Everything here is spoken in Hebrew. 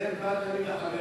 הזאב בא תמיד אחרי